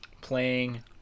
playing